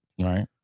Right